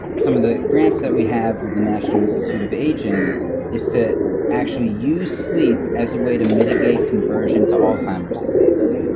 some of the grants that we have with the national institute of aging is to actually use sleep as a way to mitigate conversion to alzheimer's disease,